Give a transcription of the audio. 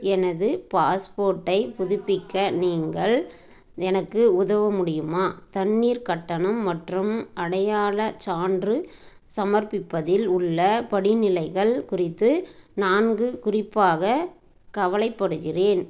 எனது பாஸ்போர்ட்டை புதுப்பிக்க நீங்கள் எனக்கு உதவ முடியுமா தண்ணீர்க் கட்டணம் மற்றும் அடையாளச் சான்று சமர்ப்பிப்பதில் உள்ள படிநிலைகள் குறித்து நான் குறிப்பாக கவலைப்படுகிறேன்